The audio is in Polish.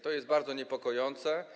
To jest bardzo niepokojące.